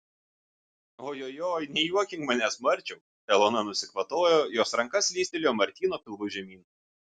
ojojoi nejuokink manęs marčiau elona nusikvatojo jos ranka slystelėjo martyno pilvu žemyn